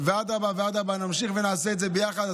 ואדרבה ואדרבה נמשיך ונעשה את זה ביחד.